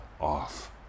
off